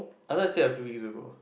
I thought you say a few weeks ago